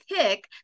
pick